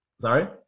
Sorry